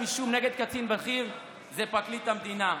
אישום נגד קצין בכיר זה פרקליט המדינה.